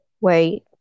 Wait